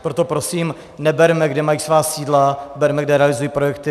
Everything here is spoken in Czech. Proto prosím, neberme, kde mají svá sídla, berme, kde realizují projekty.